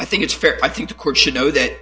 i think it's fair i think the court should know that